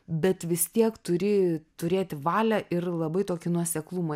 bet vis tiek turi turėti valią ir labai tokį nuoseklumą